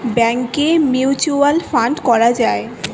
ব্যাংকে mutual fund করা যায়